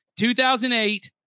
2008